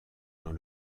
dans